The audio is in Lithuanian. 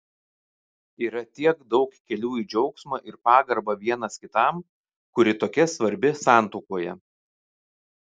yra tiek daug kelių į džiaugsmą ir pagarbą vienas kitam kuri tokia svarbi santuokoje